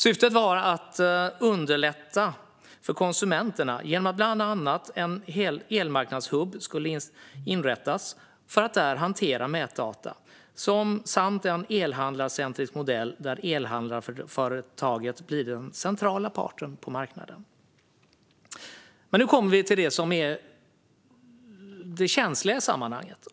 Syftet var att underlätta för konsumenterna, bland annat genom att en elmarknadshubb skulle inrättas för att hantera mätdata samt genom en elhandlarcentrisk modell där elhandelsföretaget blir den centrala parten på marknaden. Nu kommer vi till det som är det känsliga i sammanhanget.